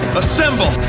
assemble